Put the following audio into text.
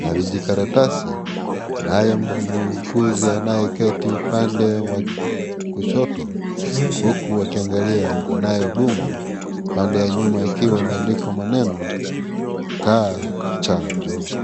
na vijikaratasi, naye muuguzi anayeketi upande wa kushoto, huku wakiangalia anayodumu, upande wa nyuma ikiwa imeandikwa maneno, kaa chonjo.